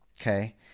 Okay